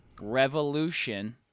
revolution